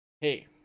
hey